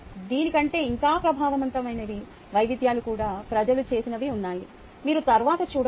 దీని కంటే ఇంకా ప్రభావవంతమైనవి వైవిధ్యాలు కూడా ప్రజలు చేసినవి ఉన్నాయి మీరు తరువాత చూడవచ్చు